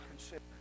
consider